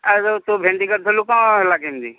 ଆଉ ଯେଉଁ ତୁ ଭେଣ୍ଡି କରିଥିଲୁ କ'ଣ ହେଲା କେମିତି